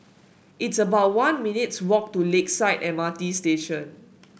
it's about one minutes' walk to Lakeside M R T Station